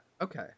Okay